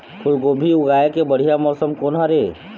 फूलगोभी उगाए के बढ़िया मौसम कोन हर ये?